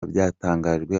byatangajwe